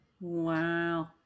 Wow